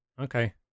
Okay